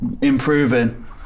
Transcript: improving